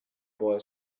boy